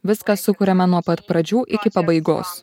viskas sukuriama nuo pat pradžių iki pabaigos